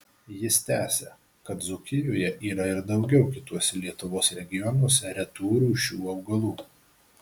jis tęsia kad dzūkijoje yra ir daugiau kituose lietuvos regionuose retų rūšių augalų